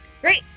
great